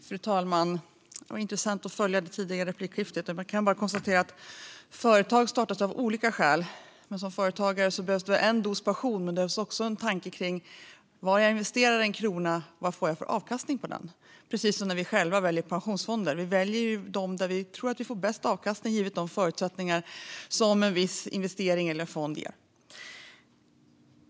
Fru talman! Det var intressant att följa det tidigare replikskiftet. Jag kan bara konstatera att företag startas av olika skäl. Men som företagare behövs det en dos passion och även en tanke kring vad jag får för avkastning på en krona beroende på var jag investerar den. Det är precis som när vi själva väljer pensionsfonder: Vi väljer dem där vi tror att vi får bäst avkastning givet de förutsättningar som en viss investering eller fond ger.